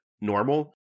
normal